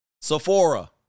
Sephora